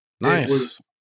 nice